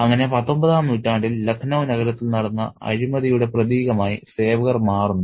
അങ്ങനെ 19 ാം നൂറ്റാണ്ടിൽ ലഖ്നൌ നഗരത്തിൽ നടന്ന അഴിമതിയുടെ പ്രതീകമായി സേവകർ മാറുന്നു